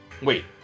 Wait